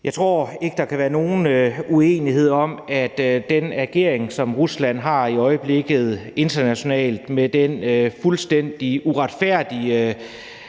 Jeg tror ikke, der kan være nogen uenighed om, at den ageren, som Rusland har i øjeblikket internationalt med den fuldstændig uretfærdige